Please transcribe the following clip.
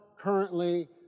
currently